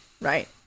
Right